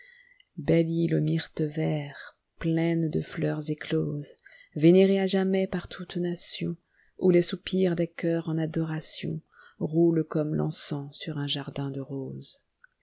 île aux myrtes verts pleine de fleurs écloses vénérée à jamais par toute nation où les soupirs des cœurs en adorationroulent comme l'encens sur un jardin de roses